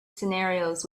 scenarios